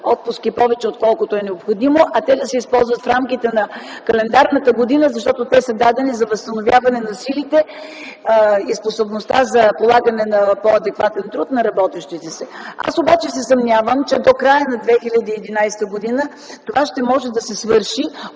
отпуски, отколкото е необходимо, а те да се използват в рамките на календарната година. Защото те са дадени за възстановяване на силите и способността за полагане на по-адекватен труд на работещите. Аз обаче се съмнявам, че до края на 2011 г. това ще може да се извърши,